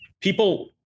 people